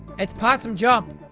it's possum jump.